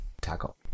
tackle